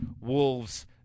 Wolves